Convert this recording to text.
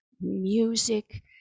music